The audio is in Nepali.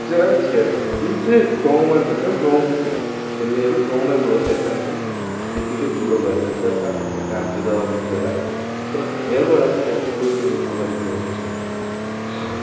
जहाँ छे जुन चाहिँ गाउँमा खेल्छ गाउँमा खे खेल्नेहरू गाउँमै बसेर जान्छ त्यत्तिकै बुढो भएर जान्छ आफ् आफ्नो कामतिर अरूतिर लाग्छ तर खेलबाट चाहिँ याहाँ चाहिँ कोही पनि अगाडि गएको छैन